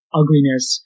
ugliness